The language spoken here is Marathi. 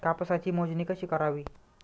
कापसाची मोजणी कशी करावी?